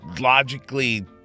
logically